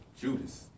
Judas